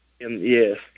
Yes